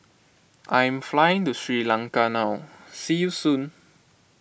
I am flying to Sri Lanka now see you soon